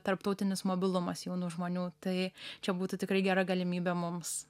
tarptautinis mobilumas jaunų žmonių tai čia būtų tikrai gera galimybė mums